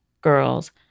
girls